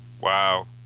Wow